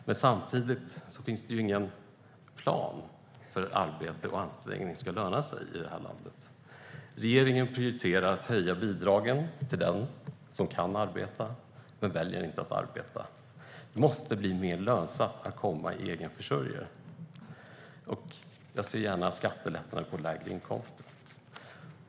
Men samtidigt finns det ingen plan för hur arbete och ansträngning ska löna sig i det här landet. Regeringen prioriterar att höja bidragen till den som kan arbeta men väljer att inte arbeta. Det måste bli mer lönsamt att komma i egen försörjning. Jag ser gärna skattelättnader på lägre inkomster.